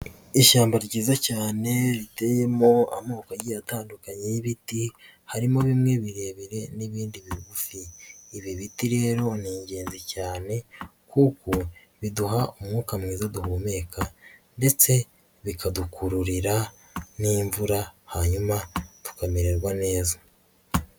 Ishyamba ryiza cyane riteyemo amoko agiye atandukanye y'ibiti harimo bimwe birebire n'ibindi bigufi, ibi biti rero ni ingenzi cyane kuko biduha umwuka mwiza duhumeka ndetse bikadukururira n'imvura hanyuma tukamererwa neza.